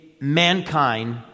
mankind